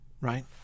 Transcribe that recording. right